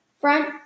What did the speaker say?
front